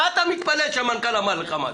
מה אתה מתפלא שהמנכ"ל אמר לך משהו?